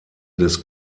des